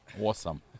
Awesome